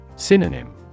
Synonym